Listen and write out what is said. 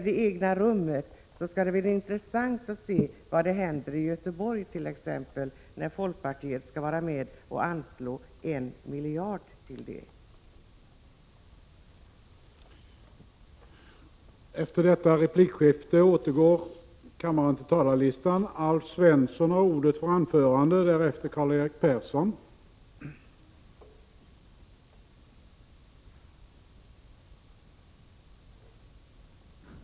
Det skall bli intressant att se vad som händer i Göteborg, när folkpartiet skall vara med och anslå 1 miljard till förverkligande av förslaget om eget rum.